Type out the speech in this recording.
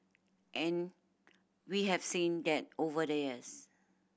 and we have seen that over the years